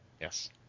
Yes